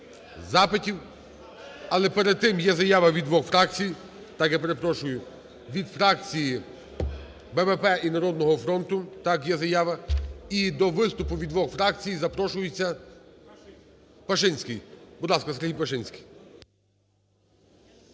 запитів. Але перед тим є заява від двох фракцій. Так, я перепрошую. Від фракції БПП і "Народного фронту", так, є заява. І до виступу від двох фракцій запрошуєтьсяПашинський. Будь ласка, СергійПашинський.